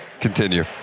Continue